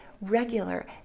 regular